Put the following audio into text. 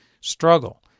struggle